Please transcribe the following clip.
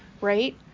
right